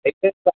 এড্ৰেছটো